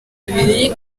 abiri